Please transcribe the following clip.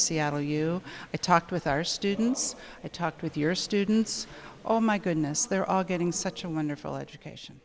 seattle you talked with our students to talk with your students oh my goodness they're all getting such a wonderful education